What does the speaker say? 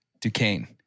Duquesne